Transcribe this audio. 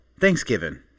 Thanksgiving